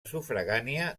sufragània